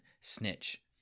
snitch